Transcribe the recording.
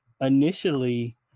initially